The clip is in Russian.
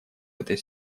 этой